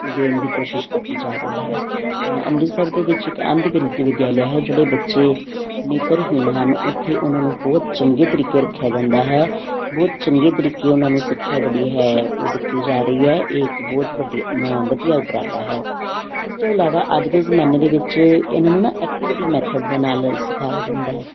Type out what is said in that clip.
ਦੇਣ ਦੀ ਕੋਸ਼ਿਸ਼ ਕੀਤੀ ਜਾ ਰਹੀ ਹੈ ਅੰਮ੍ਰਿਤਸਰ ਦੇ ਵਿੱਚ ਇੱਕ ਅੰਧ ਵਿਦਿ ਵਿਦਿਆਲਿਆ ਹੈ ਜਿਹੜੇ ਬੱਚੇ ਨੇਤਰਹੀਣ ਹਨ ਉੱਥੇ ਉਹਨਾਂ ਨੂੰ ਬਹੁਤ ਚੰਗੇ ਤਰੀਕੇ ਰੱਖਿਆ ਜਾਂਦਾ ਹੈ ਬਹੁਤ ਚੰਗੇ ਤਰੀਕੇ ਉਹਨਾਂ ਨੂੰ ਸਿੱਖਿਆ ਜਿਹੜੀ ਹੈ ਉਹ ਦਿੱਤੀ ਜਾ ਰਹੀ ਹੈ ਇਹ ਇੱਕ ਬਹੁਤ ਵੱਡੀ ਵਧੀਆ ਉਪਰਾਲਾ ਹੈ ਇਸ ਤੋਂ ਇਲਾਵਾ ਅੱਜ ਦੇ ਜ਼ਮਾਨੇ ਦੇ ਵਿੱਚ ਇਹਨਾਂ ਨੂੰ ਨਾ ਐਕਟੀਵਿਟੀ ਮੈਥਡ ਦੇ ਨਾਲ ਸਿਖਾਇਆ ਜਾਂਦਾ